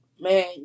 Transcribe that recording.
man